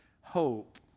hope